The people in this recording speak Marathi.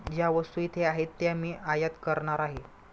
ज्या वस्तू इथे आहेत त्या मी आयात करणार आहे